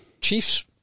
Chiefs